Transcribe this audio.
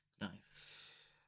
Nice